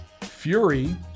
Fury